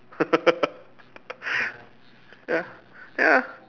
y~ ya